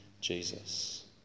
Jesus